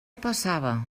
passava